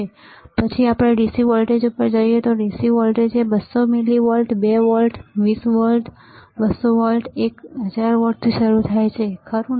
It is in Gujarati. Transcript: પછી આપણે dc વોલ્ટેજ પર જઈએ dc voltage 200 millivolt 2 volt 20 volt 200 volt એક 1000 વોલ્ટથી શરૂ થાય છે ખરું ને